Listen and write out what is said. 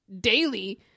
daily